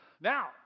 Now